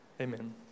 amen